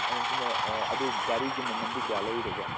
ꯍꯥꯏꯔꯤꯁꯤꯅ ꯑꯗꯨ ꯒꯥꯔꯤꯒꯤ ꯃꯃꯜꯗꯤ ꯀꯌꯥ ꯂꯧꯒꯗꯧꯕ